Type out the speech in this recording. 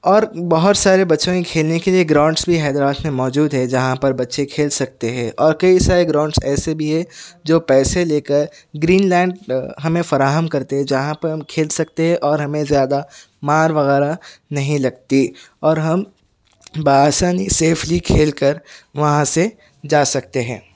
اور بہت سارے بچوں کے کھیلنے کے لئے گراؤنڈس بھی حیدر آباد میں موجود ہے جہاں پر بچے کھیل سکتے ہے اور کئی سارے گراؤنڈس ایسے بھی ہے جو پیسے لے کر گرین لینڈ ہمیں فراہم کرتے جہاں پہ ہم کھیل سکتے ہے اور ہمیں زیادہ مار وغیرہ نہیں لگتی اور ہم بآسانی سیفلی کھیل کر وہاں سے جا سکتے ہیں